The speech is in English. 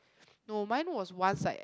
no mine was once like that